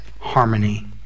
harmony